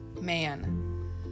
man